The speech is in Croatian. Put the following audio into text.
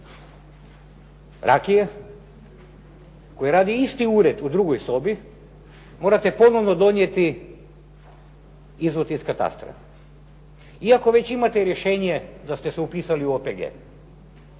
rakije, koji radi isti ured u drugoj sobi, morate ponovno donijeti izvod iz katastra. Iako već imate rješenje da ste se upisali u OPG.